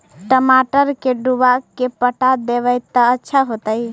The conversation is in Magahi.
टमाटर के डुबा के पटा देबै त अच्छा होतई?